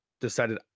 decided